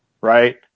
Right